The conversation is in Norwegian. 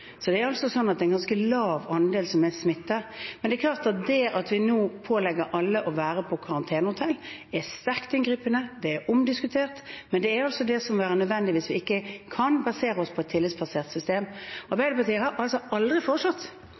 Så det er altså en ganske lav andel som er smittet via importsmitte. Det er klart at det at vi nå pålegger alle å være på karantenehotell, er sterkt inngripende. Det er omdiskutert. Men det er altså det som vil være nødvendig hvis vi ikke kan basere oss på et tillitsbasert system. Arbeiderpartiet har aldri på noe tidspunkt foreslått